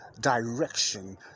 direction